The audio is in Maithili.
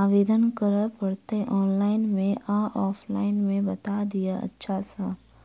आवेदन करै पड़तै ऑनलाइन मे या ऑफलाइन मे बता दिय अच्छा सऽ?